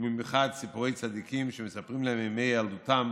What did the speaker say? ובמיוחד סיפורי צדיקים שמספרים להם מימי ילדותם,